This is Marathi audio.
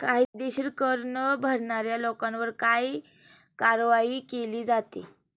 कायदेशीर कर न भरणाऱ्या लोकांवर काय कारवाई केली जाते?